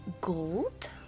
gold